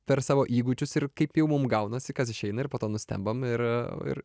per savo įgūdžius ir kaip jau mum gaunasi kas išeina ir po to nustembam ir ir